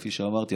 כפי שאמרתי,